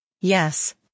Yes